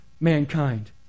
mankind